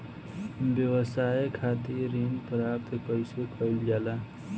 व्यवसाय खातिर ऋण प्राप्त कइसे कइल जाला?